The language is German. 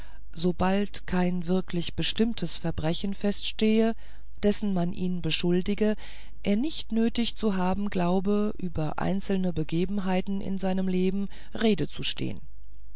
sobald kein wirkliches bestimmtes verbrechen feststehe dessen man ihn beschuldige er nicht nötig zu haben glaube über einzelne begebenheiten in seinem leben rede zu stehen